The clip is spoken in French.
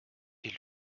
élu